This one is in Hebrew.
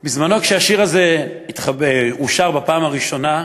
בזמנו, כשהשיר הזה הושר בפעם הראשונה,